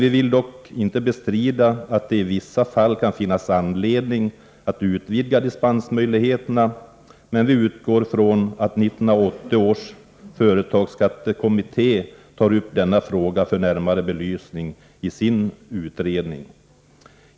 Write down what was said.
Vi vill dock inte bestrida att det i vissa fall kan finnas anledning att utvidga dispensmöjligheterna, men vi utgår från att 1980 års företagsskattekommitté tar upp denna fråga för närmare belysning i sin utredning.